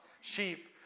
sheep